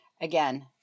again